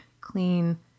clean